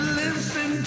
listen